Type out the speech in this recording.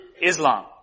Islam